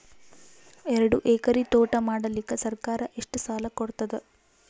ಎರಡು ಎಕರಿ ತೋಟ ಮಾಡಲಿಕ್ಕ ಸರ್ಕಾರ ಎಷ್ಟ ಸಾಲ ಕೊಡತದ?